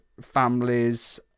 families